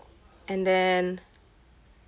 and then